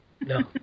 No